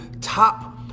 top